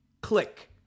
click